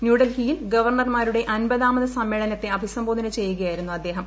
ന്യൂഡൽഹിയിൽ ഗവർണർമാരുടെ അമ്പതാമത് സമ്മേളനത്തെ അഭിസംബോധന ചെയ്യുകയായിരുന്നു അദ്ദേഹം